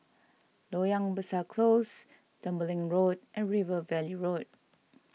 Loyang Besar Close Tembeling Road and River Valley Road